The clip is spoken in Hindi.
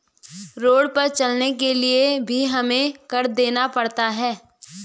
रोड पर चलने के लिए भी हमें कर देना पड़ता है